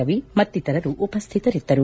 ರವಿ ಮತ್ತಿತರರು ಉಪಸ್ಟಿತರಿದ್ದರು